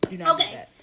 okay